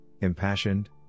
impassioned